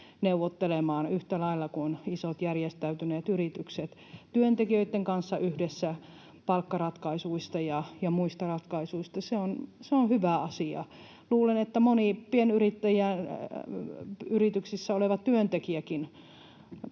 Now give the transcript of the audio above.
neuvottelemaan yhtä lailla kuin isot järjestäytyneet yritykset yhdessä työntekijöitten kanssa palkkaratkaisuista ja muista ratkaisuista, on hyvä asia. Luulen, että moni pienyrittäjäyrityksissä oleva työntekijäkin